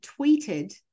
tweeted